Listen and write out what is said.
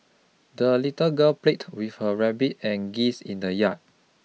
the little girl played with her rabbit and geese in the yard